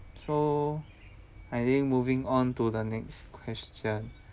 so I think moving onto the next question